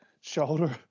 shoulder